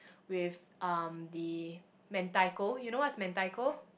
with um the mentaiko you know what's mentaiko